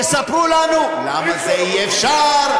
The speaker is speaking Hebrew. יספרו לנו למה זה אי-אפשר,